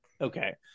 Okay